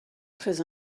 très